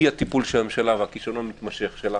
אי הטיפול של הממשלה והכישלון המתמשך שלה